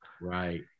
Right